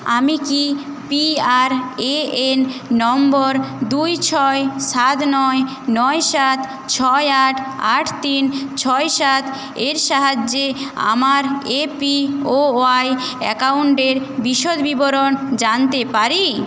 আমি কি PRAN number দুই ছয় সাদ নয় নয় সাত ছয় আট আট তিন ছয় সাত এর সাহায্যে আমার এপিওওয়াই অ্যাকাউন্টের বিশদ বিবরণ জানতে পারি